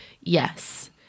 yes